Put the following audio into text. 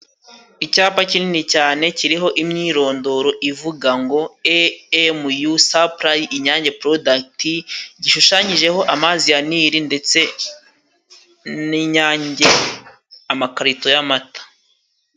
Icyapa kinini cyane kiriho imyirondoro ivuga ngo e emuyu sapurayi inyange porodagiti gishushanyijeho amazi ya niri ndetse n'inyange amakarito y'amata.